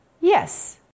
yes